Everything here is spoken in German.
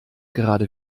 gerade